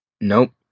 Nope